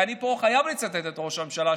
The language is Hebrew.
ואני פה חייב לצטט את ראש הממשלה,